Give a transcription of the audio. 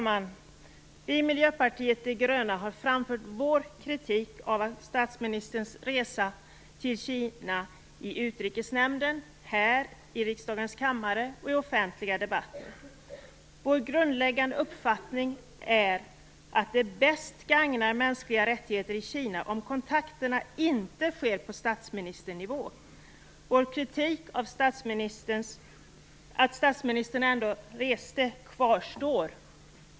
Fru talman! Vi i Miljöpartiet de gröna har framfört vår kritik av statsministerns resa till Kina i Utrikesnämnden, här i riksdagens kammare och i den offentliga debatten. Vår grundläggande uppfattning är att det bäst gagnar de mänskliga rättigheterna i Kina om kontakterna inte sker på statsministernivå. Vår kritik av att statsministern ändå reste kvarstår.